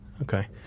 okay